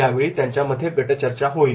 यावेळी त्यांच्यामध्ये गटचर्चा होईल